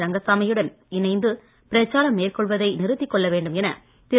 ரங்கசாமி யுடன் இணைந்து பிரச்சாரம் மேற்கொள்வதை நிறுத்திக்கொள்ள வேண்டும் என திரு